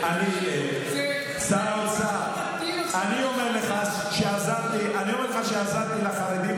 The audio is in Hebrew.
שר האוצר, אני אומר לך שעזרתי לחרדים.